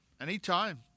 Anytime